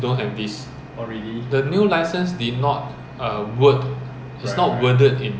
then up to maybe seven passenger plus yourself eight person